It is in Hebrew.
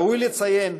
ראוי לציין